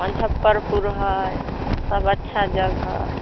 मुजफ्फरपुर हइ सब अच्छा जगह हइ